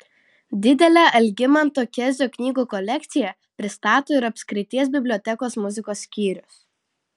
didelę algimanto kezio knygų kolekciją pristato ir apskrities bibliotekos muzikos skyrius